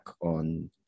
on